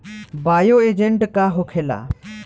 Bio agent का होखेला?